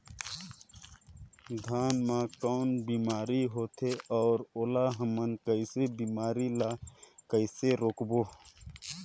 धान मा कौन बीमारी होथे अउ ओला हमन कइसे बीमारी ला कइसे रोकबो?